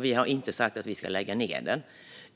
Vi har inte sagt att vi ska lägga ned den.